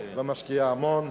ומשקיעה המון.